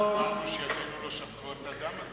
אבל מעולם לא אמרנו שידינו לא שפכו את הדם הזה,